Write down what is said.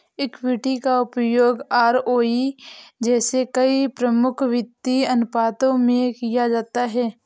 equity का उपयोग ROE जैसे कई प्रमुख वित्तीय अनुपातों में किया जाता है